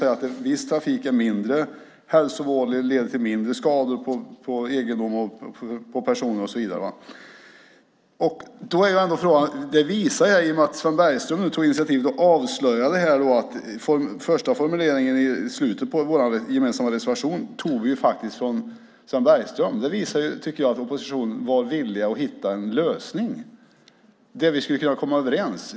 En viss typ av trafik är mindre hälsovådlig och leder till mindre skador på egendom och person. Sven Bergström tog nu initiativet och avslöjade att första formuleringen i slutet av vår gemensamma reservation är hans. Jag tycker att det visar att oppositionen var villig att hitta en lösning, att komma överens.